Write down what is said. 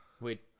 wait